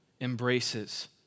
embraces